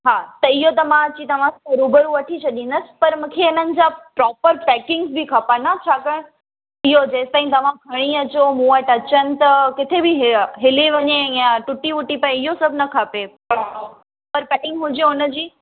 हा त इहो त मां अची तव्हां सां रुबरू वठी छॾींदसि पर मूंखे इन्हनि जा प्रोपर पैकिंग बि खपनि न छाकाणि इहो जेसि ताईं तव्हां खणी अचो मूं वटि अचनि त किथे बि हि हिली वञे ईअं टुटी वुटी पए इहो सभु न खपे पर पैकिंग हुजे हुन जी